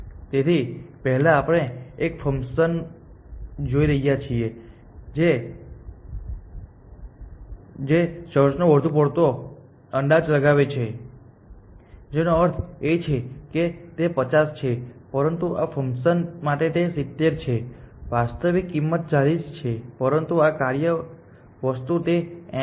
તેથી પહેલા આપણે એક ફંક્શન જોઈ રહ્યા છીએ જે ર્ચનો વધુ પડતો અંદાજ લગાવે છે જેનો અર્થ એ છે કે તે 50 છે પરંતુ આ ફંક્શન માટે તે 70 છે વાસ્તવિક કિંમત 40 છે પરંતુ આ કાર્ય વસ્તુ તે 80 છે